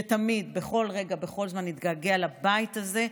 שתמיד ובכל רגע ובכל זמן נתגעגע לבית הזה,